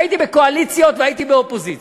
הייתי בקואליציות והייתי באופוזיציות,